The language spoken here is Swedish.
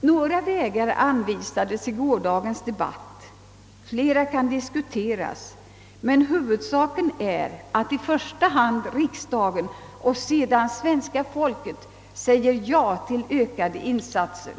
Några vägar anvisades i gårdagens debatt. Flera kan diskuteras. Huvudsaken är att i första hand riksdagen och sedan svenska folket säger ja till ökade insatser.